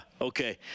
okay